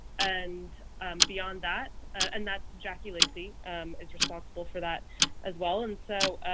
and beyond that, and that's jackie lacey um is responsible for that as well. and so